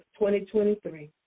2023